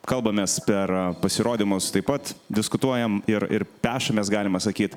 kalbamės per pasirodymus taip pat diskutuojam ir ir pešamės galima sakyt